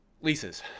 leases